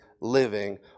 living